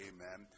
Amen